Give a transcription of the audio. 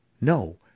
No